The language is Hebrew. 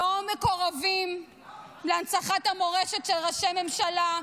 לא מקורבים להנצחת המורשת של ראשי ממשלה,